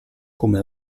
come